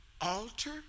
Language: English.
altar